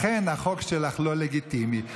לכן החוק שלך לא לגיטימי,